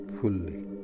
fully